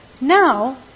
Now